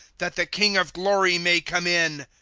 that the king of glory may come in,